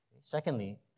Secondly